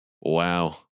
wow